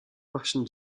fashion